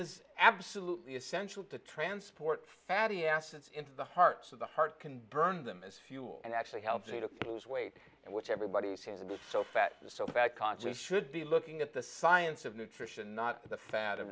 carnets absolutely essential to transport fatty acids into the hearts of the heart can burn them as fuel and actually helps you to lose weight and which everybody seems to be so fat and so fat conscious should be looking at the science of nutrition not the fat and